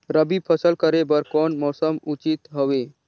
रबी फसल करे बर कोन मौसम उचित हवे?